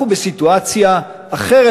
אנחנו בסיטואציה אחרת,